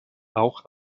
auch